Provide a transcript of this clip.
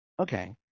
Okay